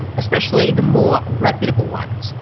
especially the more reputable ones,